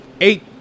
eight